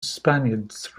spaniards